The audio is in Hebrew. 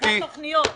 זה הסכום שחסר.